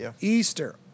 Easter